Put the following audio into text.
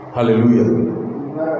Hallelujah